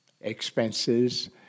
expenses